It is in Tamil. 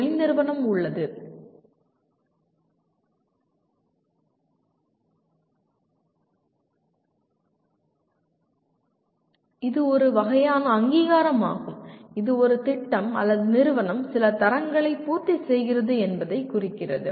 இது ஒரு வகையான அங்கீகாரமாகும் இது ஒரு திட்டம் அல்லது நிறுவனம் சில தரங்களை பூர்த்தி செய்கிறது என்பதைக் குறிக்கிறது